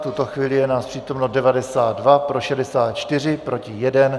V tuto chvíli je nás přítomno 92, pro 64, proti jeden.